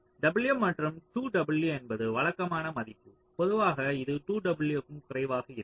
W மற்றும் 2 W என்பது வழக்கமான மதிப்பு பொதுவாக இது 2 W க்கும் குறைவாக இருக்கும்